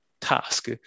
task